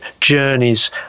journeys